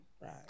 Right